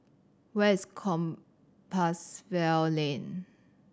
where is Compassvale Lane